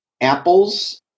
apples